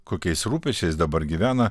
kokiais rūpesčiais dabar gyvena